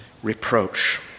Reproach